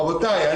רבותיי,